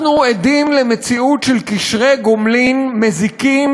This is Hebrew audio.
אנחנו עדים למציאות של קשרי גומלין מזיקים